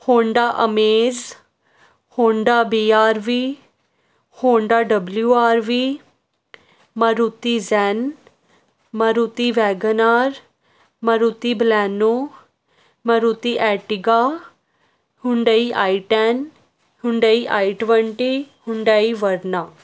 Honda Amaze Honda B R V Honda W R V Maruti Zen Maruti Wagon Maruti Baleno Maruti Ertiga Hyundai I twenty Hyundai Verna